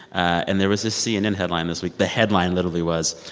and there was a cnn headline this week. the headline literally was,